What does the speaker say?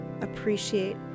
appreciate